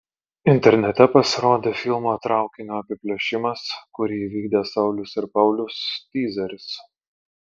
internete pasirodė filmo traukinio apiplėšimas kurį įvykdė saulius ir paulius tyzeris